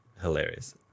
Hilarious